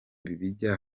bijya